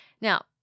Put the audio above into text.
Now